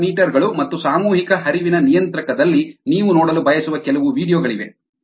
rotameter ಗಳು ಮತ್ತು ಸಾಮೂಹಿಕ ಹರಿವಿನ ನಿಯಂತ್ರಕದಲ್ಲಿ ನೀವು ನೋಡಲು ಬಯಸುವ ಕೆಲವು ವೀಡಿಯೊ ಗಳಿವೆ